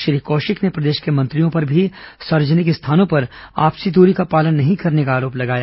श्री कौशिक ने प्रदेश के मंत्रियों पर भी सार्वजनिक स्थानों पर आपसी दूरी का पालन नहीं करने का आरोप लगाया